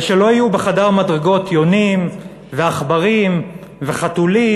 ושלא יהיו בחדר המדרגות יונים, ועכברים וחתולים,